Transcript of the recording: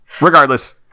Regardless